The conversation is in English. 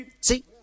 See